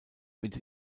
mit